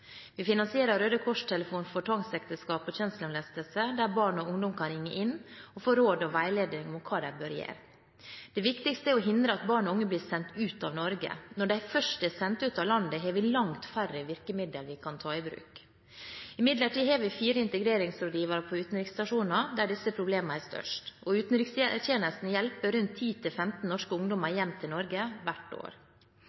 Vi finansierer Røde Kors-telefonen for tvangsekteskap og kjønnslemlestelse, som barn og ungdom kan ringe inn til og få råd og veiledning om hva de bør gjøre. Det viktigste er å hindre at barn og unge blir sendt ut av Norge. Når de først er sendt ut av landet, har vi langt færre virkemidler vi kan ta i bruk. Imidlertid har vi fire integreringsrådgivere ved utenriksstasjonene der disse problemene er størst. Utenrikstjenesten hjelper 10–15 norske ungdommer hjem til